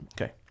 Okay